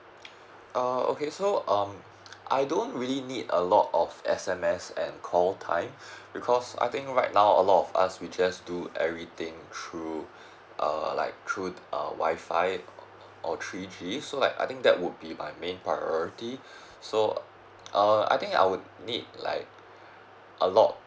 ah okay so um I don't really need a lot of S_M_S and call time because I think right now a lot of us we just do everything through err like through err Wi-Fi or three G so I think that would be my main priority so uh I think I would need like a lot